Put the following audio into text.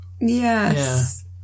Yes